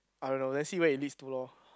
I don't know let's see what it leads to lor